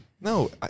No